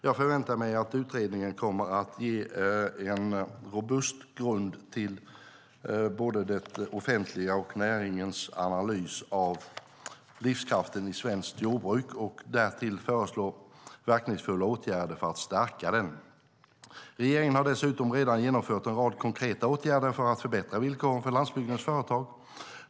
Jag förväntar mig att utredningen kommer att ge en robust grund till både det offentligas och näringens analys av livskraften i svenskt jordbruk, och därtill föreslå verkningsfulla åtgärder för att stärka den. Regeringen har dessutom redan genomfört en rad konkreta åtgärder för att förbättra villkoren för landsbygdens företag.